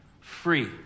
free